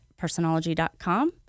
personology.com